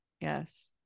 Yes